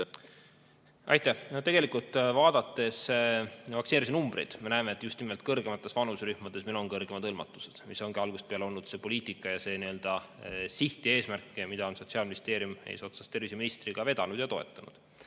Aitäh! Tegelikult, vaadates vaktsineerimise numbreid, me näeme, et just nimelt vanemates vanuserühmades on meil kõrgem hõlmatus, mis ongi algusest peale olnud meie poliitika ja see nii-öelda siht ja eesmärk, mida on Sotsiaalministeerium eesotsas terviseministriga vedanud ja toetanud.